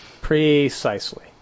precisely